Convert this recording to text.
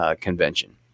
convention